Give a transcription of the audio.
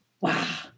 Wow